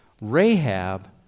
Rahab